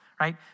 right